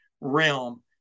realm